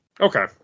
okay